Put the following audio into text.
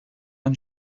and